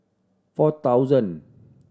four thousand